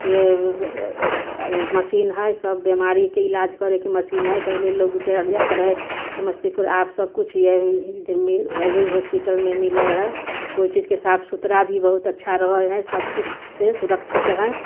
के मशीन हइ सब बीमारीके इलाज करयके मशीन हइ पहिले लोग जब जाइत रहय समस्तीपुर आब सबकिछु यहीँ अही हॉस्पिटलमे मिलय हइ कोइ चीजके साफ सुथरा भी बहुत अच्छा रहय हइ सबकिछुसँ सुरक्षित हइ